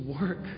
work